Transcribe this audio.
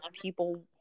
people